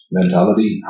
mentality